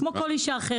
כמו כל אישה אחרת.